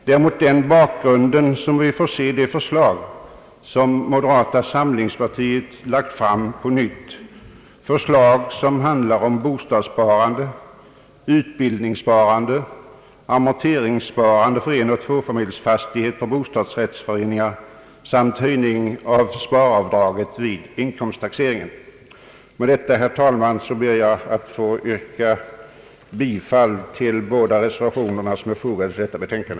Det är mot den bakgrunden man bör se det förslag som moderata samlingspartiet nu på nytt lagt fram, ett förslag som berör bostadssparande, utbildningssparande, amorteringssparande för enoch tvåfamiljsfastigheter och bostadsrättsföreningar samt höjning av sparavdraget vid inkomsttaxering. Med detta, herr talman, ber jag att få yrka bifall till de båda reservationer som är fogade till detta betänkande.